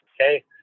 Okay